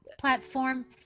platform